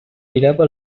mirava